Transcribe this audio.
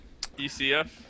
ECF